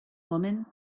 woman